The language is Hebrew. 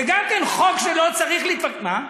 זה גם חוק שלא צריך, מה?